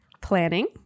Planning